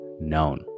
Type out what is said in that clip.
known